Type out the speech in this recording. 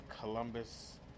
Columbus